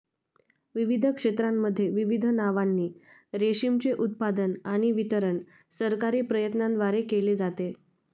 विविध क्षेत्रांमध्ये विविध नावांनी रेशीमचे उत्पादन आणि वितरण सरकारी प्रयत्नांद्वारे केले जाते